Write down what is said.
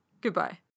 Goodbye